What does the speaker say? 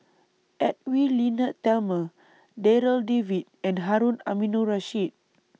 Edwy Lyonet Talma Darryl David and Harun Aminurrashid